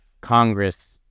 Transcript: congress